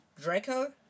Draco